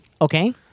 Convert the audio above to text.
Okay